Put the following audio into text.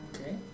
Okay